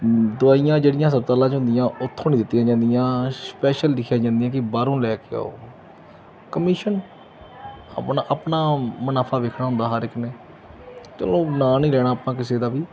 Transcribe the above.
ਦਵਾਈਆਂ ਜਿਹੜੀਆਂ ਹਸਪਤਾਲਾਂ 'ਚ ਹੁੰਦੀਆਂ ਉੱਥੋਂ ਨਹੀਂ ਦਿੱਤੀਆਂ ਜਾਂਦੀਆਂ ਸਪੈਸ਼ਲ ਲਿਖੀਆਂ ਜਾਂਦੀਆਂ ਕਿ ਬਾਹਰੋਂ ਲੈ ਕੇ ਆਓ ਕਮਿਸ਼ਨ ਆਪਣਾ ਆਪਣਾ ਮੁਨਾਫਾ ਵੇਖਣਾ ਹੁੰਦਾ ਹਰ ਇੱਕ ਨੇ ਚਲੋ ਨਾਂ ਨਹੀਂ ਲੈਣਾ ਆਪਾਂ ਕਿਸੇ ਦਾ ਵੀ